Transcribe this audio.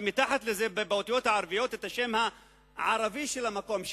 מתחת לשם העברי הם כתבו את השם הערבי של המקום,